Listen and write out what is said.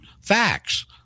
facts